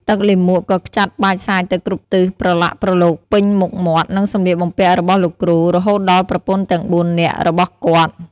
ទឹកលាមកក៏ខ្ចាត់បាចសាចទៅគ្រប់ទិសប្រឡាក់ប្រឡូសពេញមុខមាត់ និងសម្លៀកបំពាក់របស់លោកគ្រូ រហូតដល់ប្រពន្ធទាំងបួននាក់របស់គាត់។